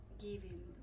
giving